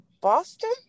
boston